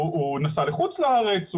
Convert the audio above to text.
הוא נסע לחוץ לארץ,